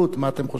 מה אתם חושבים?